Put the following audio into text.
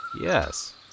Yes